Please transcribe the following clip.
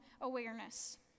awareness